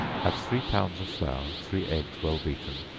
have three pounds of flour, three eggs well beaten,